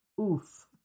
Oof